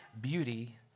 beauty